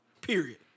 Period